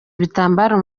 ibitambaro